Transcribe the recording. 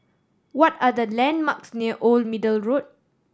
what are the landmarks near Old Middle Road